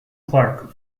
clark